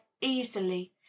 easily